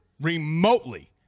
remotely